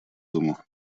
дому